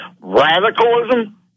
radicalism